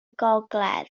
gogledd